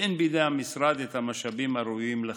ואין בידי המשרד את המשאבים הראויים לכך.